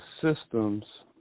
systems